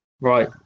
Right